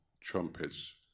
trumpets